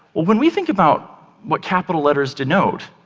when we think about what capital letters denote,